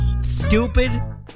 Stupid